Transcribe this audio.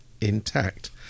intact